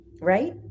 right